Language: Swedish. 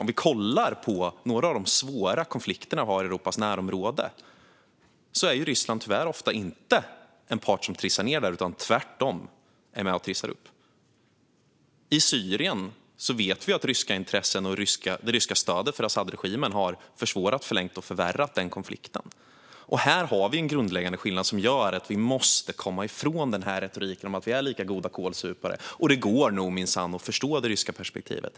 När vi kollar på några av de svåra konflikterna i Europas närområde kan vi se att Ryssland tyvärr ofta inte är en part som trissar ned dem, utan tvärtom är Ryssland med och trissar upp dem. I Syrien vet vi att ryska intressen och det ryska stödet till Asadregimen har försvårat, förlängt och förvärrat konflikten. Här har vi en grundläggande skillnad som gör att vi måste komma ifrån retoriken om att vi är lika goda kålsupare och att det går att förstå det ryska perspektivet.